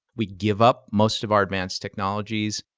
we give up most of our advanced technologies.